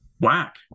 Whack